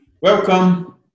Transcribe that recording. Welcome